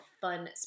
fun